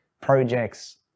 projects